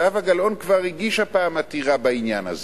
זהבה גלאון כבר הגישה פעם עתירה בעניין הזה.